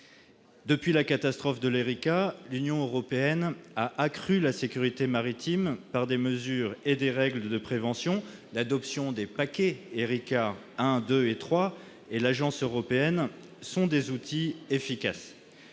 depuis la catastrophe de l', l'Union européenne a accru la sécurité maritime par des mesures et des règles de prévention. L'adoption des paquets Erika 1, 2 et 3 et l'Agence européenne sont des outils efficaces.